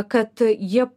kad jie